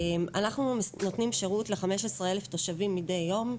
אנחנו נותנים שירות ל-15,000 תושבים מדי יום,